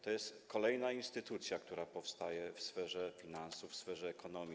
To jest kolejna instytucja, która powstaje w sferze finansów, w sferze ekonomii.